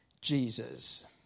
Jesus